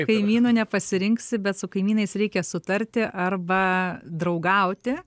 kaimynų nepasirinksi bet su kaimynais reikia sutarti arba draugauti